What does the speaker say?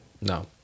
no